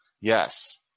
Yes